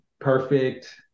perfect